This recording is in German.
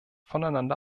voneinander